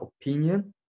opinion